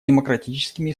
демократическими